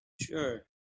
Sure